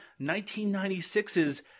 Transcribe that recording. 1996's